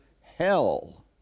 hell